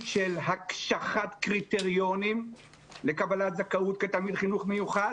של הקשחת קריטריונים לקבלת זכאות כתלמיד חינוך מיוחד